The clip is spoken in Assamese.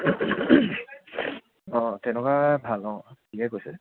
অঁ তেনেকুৱা ভাল অঁ ঠিকে কৈছে